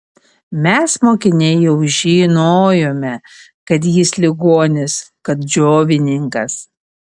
mes mokiniai jau žinojome kad jis ligonis kad džiovininkas